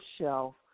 shelf